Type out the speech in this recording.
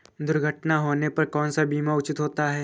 दुर्घटना होने पर कौन सा बीमा उचित होता है?